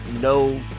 no